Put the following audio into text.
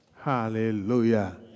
Hallelujah